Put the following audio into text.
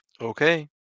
Okay